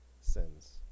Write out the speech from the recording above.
sins